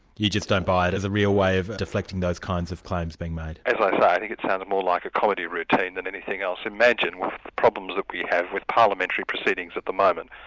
you just don't buy it as a real way of deflecting those kinds of claims being made? as i say, i think it sounds more like a comedy routine than anything else. imagine the problems that we have with parliamentary proceedings at the moment.